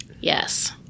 Yes